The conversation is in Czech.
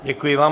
Děkuji vám.